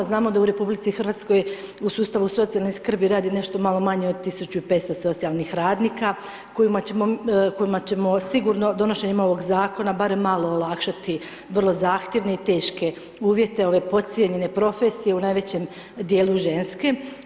Znamo da u RH u sustavu socijalne skrbi radi nešto malo manje od 1500 socijalnih radnika kojima ćemo sigurno donošenjem ovoga Zakona barem malo olakšati vrlo zahtjevne i teške uvjete ove podcijenjene profesije, u najvećem dijelu ženske.